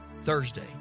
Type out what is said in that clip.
Thursday